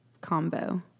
combo